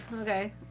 Okay